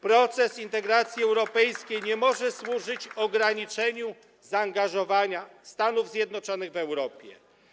Proces integracji europejskiej nie może służyć ograniczeniu zaangażowania Stanów Zjednoczonych w Europie.